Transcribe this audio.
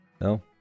no